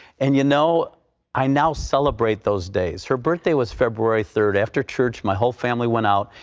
and you know i now celebrate those days. her birthday was february third after church my whole family went out.